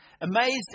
Amazed